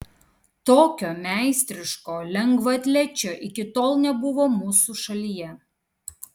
tokio meistriško lengvaatlečio iki tol nebuvo mūsų šalyje